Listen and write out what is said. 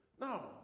No